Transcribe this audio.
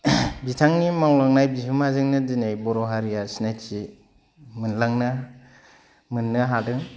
बिथांनि मावलांनाय बिहोमाजोंनो दिनै बर' हारिया सिनायथि मोनलांनो मोननो हादों